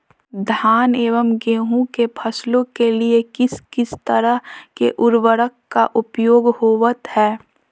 धान एवं गेहूं के फसलों के लिए किस किस तरह के उर्वरक का उपयोग होवत है?